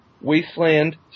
wasteland